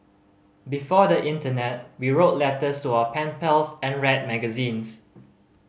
before the Internet we wrote letters to our pen pals and read magazines